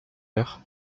heure